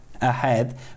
ahead